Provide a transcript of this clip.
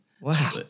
Wow